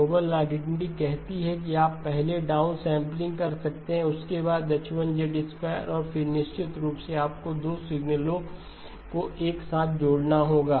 Nobel identity कहती है कि आप पहले डाउनसैंपलिंग कर सकते हैं उसके बाद H1 और फिर निश्चित रूप से आपको 2 सिग्नलो को एक साथ जोड़ना होगा